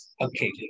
Okay